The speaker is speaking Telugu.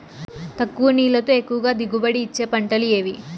తక్కువ నీళ్లతో ఎక్కువగా దిగుబడి ఇచ్చే పంటలు ఏవి?